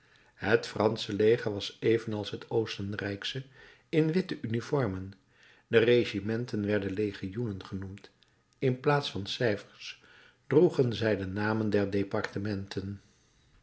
het fransche leger was evenals t oostenrijksche in witte uniformen de regimenten werden legioenen genoemd in plaats van cijfers droegen zij de namen der